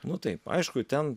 nu taip aišku ten